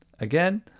again